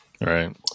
Right